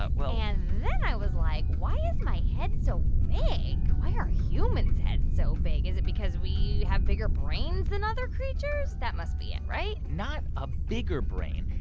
ah well. and then i was like, why is my head so big? why are humans' heads so big? is it because we have bigger brains than other creatures? that must be it, right? not a bigger brain.